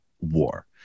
war